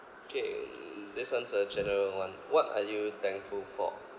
K this one's a general one what are you thankful for